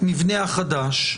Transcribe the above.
המבנה החדש,